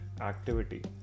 activity